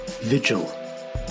Vigil